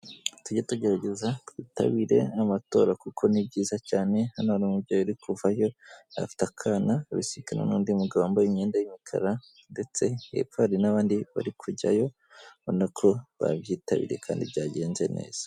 Tujye tugerageza twitabire n'amatora kuko ni byiza cyane, hano hari umubyeyi uri kuvayo, afite akana, abisikana n'undi mugabo wambaye imyenda y'umukara ndetse hepfo hari n'abandi bari kujyayo, urabona ko babyitabiye kandi byagenze neza.